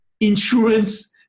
insurance